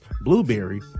Blueberry